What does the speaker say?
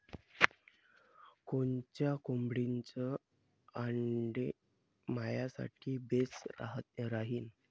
कोनच्या कोंबडीचं आंडे मायासाठी बेस राहीन?